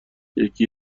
یکی